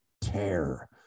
tear